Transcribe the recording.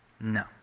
No